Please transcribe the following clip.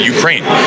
Ukraine